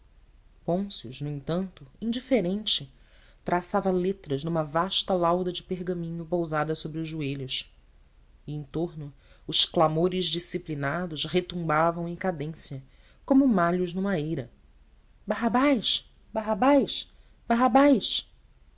pôncio no entanto indiferente traçava letras numa vasta lauda de pergaminho pousada sobre os joelhos e em torno os clamores disciplinados retumbavam em cadência como malhos numa eira barrabás barrabás barrabás